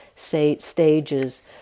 stages